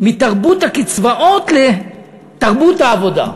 מתרבות הקצבאות לתרבות העבודה.